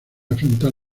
afrontar